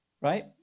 Right